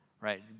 Right